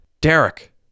Derek